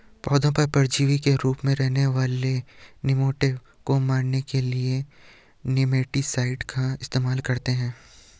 पौधों पर परजीवी के रूप में रहने वाले निमैटोड को मारने के लिए निमैटीसाइड का इस्तेमाल करते हैं